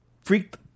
freaked